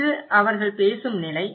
ஒன்று அவர்கள் பேசும் நிலை